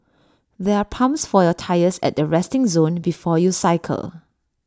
there are pumps for your tyres at the resting zone before you cycle